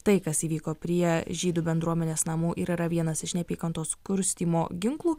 tai kas įvyko prie žydų bendruomenės namų ir yra vienas iš neapykantos kurstymo ginklų